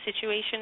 situation